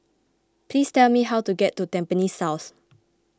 please tell me how to get to Tampines South